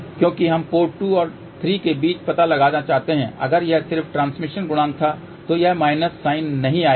क्योंकि हम पोर्ट 2 और 3 के बीच पता लगाना चाहते हैं अगर यह सिर्फ ट्रांसमिशन गुणांक था तो यह माइनस साइन नहीं आएगा